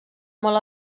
molt